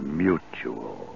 mutual